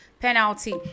Penalty